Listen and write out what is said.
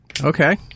Okay